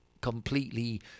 completely